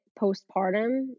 postpartum